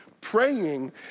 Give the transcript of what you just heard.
Praying